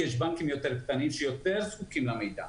כי יש בנקים יותר קטנים שיותר זקוקים למידע.